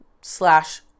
slash